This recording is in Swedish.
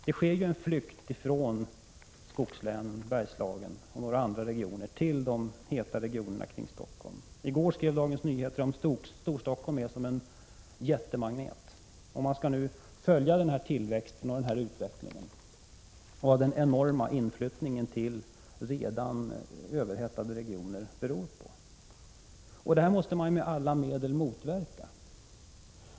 Det sker ju en flykt från skogslänen, Bergslagen och några andra regioner till de heta regionerna kring Stockholm. I går skrev Dagens Nyheter att Storstockholm är som en jättemagnet. Man skall nu följa den här tillväxten och se vad den enorma inflyttningen till redan överhettade regioner beror på. Dessa företeelser måste man med alla medel motverka.